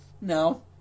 No